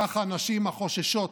כך הנשים החוששות